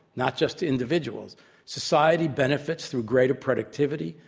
not just individual. society benefits through greater productivity,